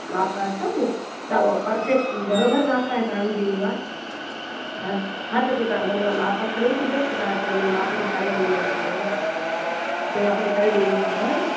माप अथव नी त हो परफेक्ट बराबरि माप आहे तव्हांजी उहा हा हा त पोइ तव्हां भले हो माप खणी अचिजो त तव्हांखे हुन माप ते करे ॾींदीमांव हुन माप ते करे ॾींदीमांव हा नी